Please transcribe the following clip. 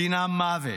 דינם מוות.